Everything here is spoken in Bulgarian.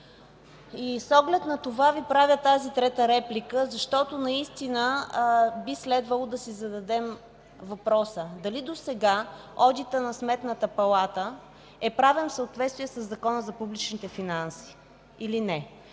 С оглед на това Ви правя тази трета реплика, защото наистина би следвало да си зададем въпроса дали досега одитът на Сметната палата е правен в съответствие със Закона за публичните финанси, или не?